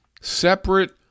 separate